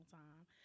time